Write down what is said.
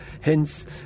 Hence